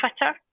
Twitter